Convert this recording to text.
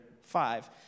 five